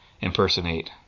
impersonate